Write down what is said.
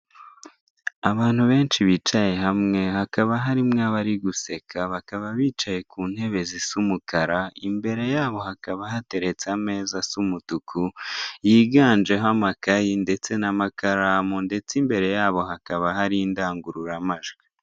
Abantu benshi bicaye hamwe, hakaba harimo n'abari guseka, bakaba bicaye ku ntebe zisa umukara. Imbere yabo hakaba hateretse ameza asa umutuku, yiganjeho amakayi ndetse n'amakaramu, ndetse imbere yabo hakaba hari indangururamajwi.